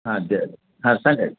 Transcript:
हां द्या हा सांगा